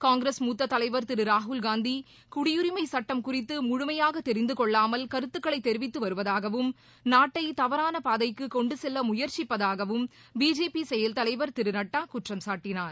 காங்கிரஸ் மூத்த தலைவர் திரு ராகுல் காந்தி குடியுரிமை சட்டம் குறித்து முழுமையாக தெரிந்து கொள்ளாமல் கருத்துகளை தெரிவித்து வருவதாகவும் நாட்டை தவறான பாதைக்கு கொண்டு செல்ல முயற்சிப்பதாகவும் பிஜேபி செயல்தலைவர் திரு நட்டா குற்றம் சாட்டினார்